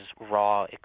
raw